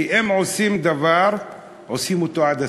כי אם עושים דבר, עושים אותו עד הסוף.